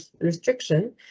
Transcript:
restriction